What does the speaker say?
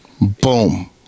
Boom